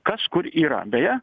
kas kur yra beje